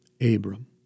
Abram